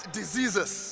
diseases